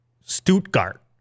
Stuttgart